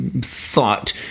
thought